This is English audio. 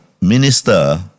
minister